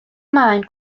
maen